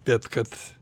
bet kad